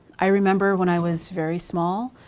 i remember when i was very small